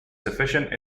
sufficient